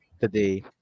today